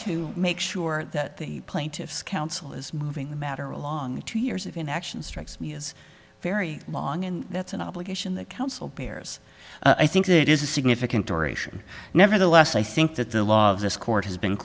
to make sure that the plaintiffs counsel is moving the matter along two years of inaction strikes me as very long and that's an obligation that council bears i think it is a significant duration nevertheless i think that the law of this court has been